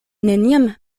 neniam